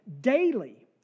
daily